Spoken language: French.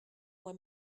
moi